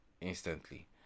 instantly